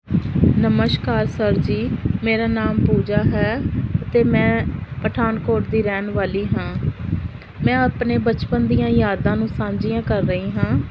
ਨਮਸਕਾਰ ਸਰ ਜੀ ਮੇਰਾ ਨਾਮ ਪੂਜਾ ਹੈ ਅਤੇ ਮੈਂ ਪਠਾਨਕੋਟ ਦੀ ਰਹਿਣ ਵਾਲੀ ਹਾਂ ਮੈਂ ਆਪਣੇ ਬਚਪਨ ਦੀਆਂ ਯਾਦਾਂ ਨੂੰ ਸਾਂਝੀਆਂ ਕਰ ਰਹੀ ਹਾਂ